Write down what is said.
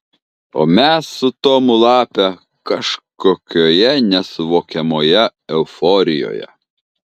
o mes su tomu lape kažkokioje nesuvokiamoje euforijoje